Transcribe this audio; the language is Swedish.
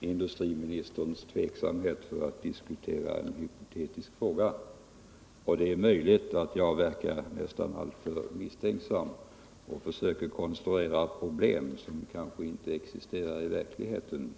industriministerns tveksamhet när det gäller att diskutera en hypotetisk fråga. Det är möjligt att jag verkar alltför misstänksam, som försöker konstruera problem som kanske inte uppstår i verkligheten.